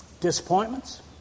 disappointments